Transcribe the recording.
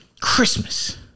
Christmas